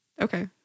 okay